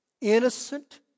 Innocent